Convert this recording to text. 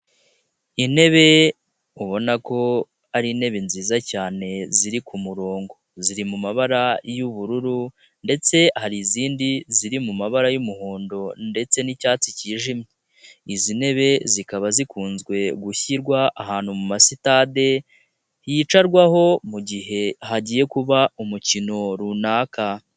Intebe ubona ko ari intebe nziza cyane ziri ku murongo, ziri mu mabara y'ubururu ndetse hari izindi ziri mabara y'umuhondo ndetse n'icyatsi cyijimye, izi ntebe zikaba zikunze gushyirwa ahantu mu masitade hicarwaho mu gihe hagiye kuba umukino runaka.